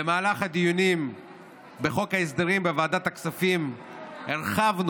במהלך הדיונים בחוק ההסדרים בוועדת הכספים הרחבנו